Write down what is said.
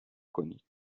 کنید